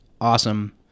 awesome